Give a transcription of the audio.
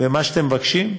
ומה שאתם מבקשים,